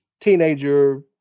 Teenager